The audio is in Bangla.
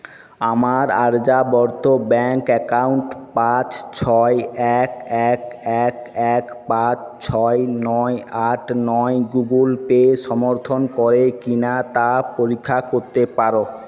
আমার আর্যাবর্ত ব্যাংক অ্যাকাউন্ট পাঁচ ছয় এক এক এক এক পাঁচ ছয় নয় আট নয় গুগল পে সমর্থন করে কি না তা পরীক্ষা করতে পারো